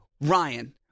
Ryan